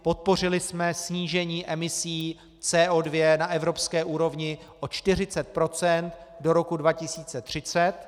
Podpořili jsme snížení emisí CO2 na evropské úrovni o 40 % do roku 2030.